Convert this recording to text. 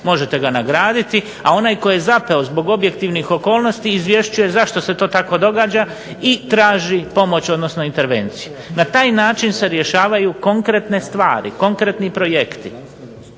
možete ga nagraditi, a onaj tko je zapeo zbog objektivnih okolnosti izvješćuje zašto se to tako događa i traži pomoć odnosno intervenciju. Na taj način se rješavaju konkretne stvari, konkretni projekti.